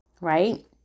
right